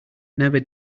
never